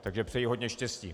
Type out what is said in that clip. Takže přeji hodně štěstí.